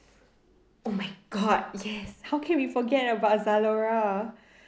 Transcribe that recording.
oh my god yes how can we forget about Zalora